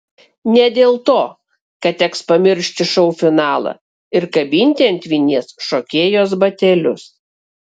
ne dėl to kad teks pamiršti šou finalą ir kabinti ant vinies šokėjos batelius